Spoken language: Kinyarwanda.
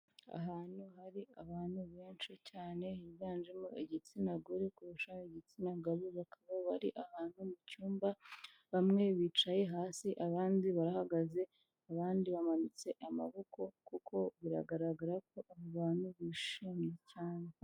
Ahantu hari abantu benshi cyane higanjemo igitsina gore kurusha igitsina gabo, bakaba bari ahantu mu cyumba bamwe bicaye hasi abandi barahagaze, abandi bamanitse amaboko kuko biragaragara ko abo bantu bishimye cyane.